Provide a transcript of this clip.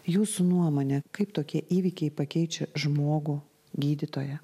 jūsų nuomone kaip tokie įvykiai pakeičia žmogų gydytoją